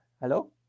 hello